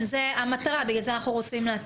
זו המטרה, על זה אנחנו דנים.